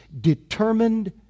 determined